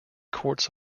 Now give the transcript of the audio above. courts